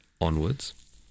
onwards